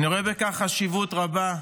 אני רואה בכך חשיבות רבה.